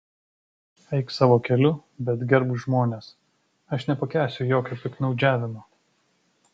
eik savo keliu bet gerbk žmones aš nepakęsiu jokio piktnaudžiavimo